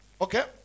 Okay